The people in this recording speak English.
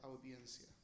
audiencia